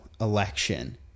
election